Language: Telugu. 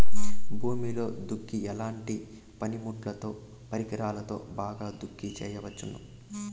భూమిలో దుక్కి ఎట్లాంటి పనిముట్లుతో, పరికరాలతో బాగా దుక్కి చేయవచ్చున?